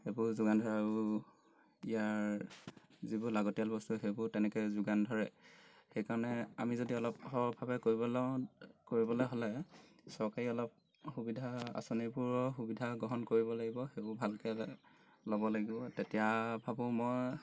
সেইবোৰ যোগান ধৰে আৰু ইয়াৰ যিবোৰ লাগতিয়াল বস্তু সেইবোৰ তেনেকৈ যোগান ধৰে সেইকাৰণে আমি যদি অলপ বহলভাৱে কৰিবলৈ লওঁ কৰিবলৈ হ'লে চৰকাৰী অলপ সুবিধা আঁচনিবোৰৰ সুবিধা গ্ৰহণ কৰিব লাগিব সেইবোৰ ভালকৈ ল'ব লাগিব তেতিয়া ভাবোঁ মই